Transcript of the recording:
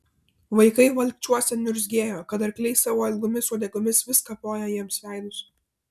vaikai valkčiuose niurzgėjo kad arkliai savo ilgomis uodegomis vis kapoja jiems veidus